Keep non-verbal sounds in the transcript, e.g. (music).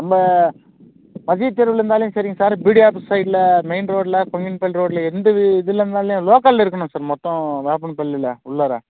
நம்ப மதில்தெருவில் இருந்தாலே சரிங்க சார் (unintelligible) சைடில் மெயின் ரோட்டில் (unintelligible) ரோட்டில் எந்த இதில் இருந்தாலும் லோக்கலில் இருக்கணும் சார் மொத்தம் (unintelligible) உள்ளாற